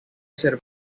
servir